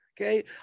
Okay